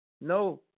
No